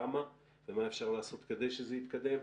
למה ומה אפשר לעשות כדי שזה יתקדם,